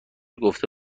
گفته